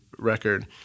record